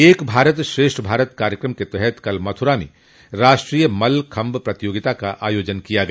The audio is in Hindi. एक भारत श्रेष्ठ भारत कार्यक्रम के तहत कल मथुरा में राष्ट्रीय मल्लखम्ब प्रतियोगिता का आयोजन किया गया